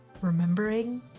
remembering